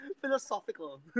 Philosophical